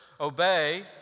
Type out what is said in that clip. Obey